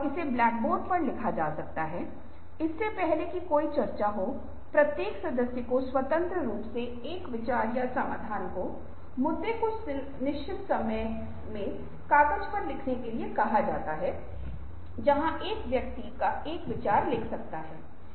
फिर तुरंत मैं कहता हूं कि नहीं यह एक हास्यास्पद विचार है मुझे इसके बारे में सोचने मत दीजिए अब यह क्या हो रहा है कि यह विशेष हास्यास्पद तरह की सोच है जो किसी समय सफल हो सकती थी